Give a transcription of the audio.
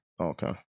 Okay